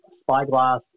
Spyglass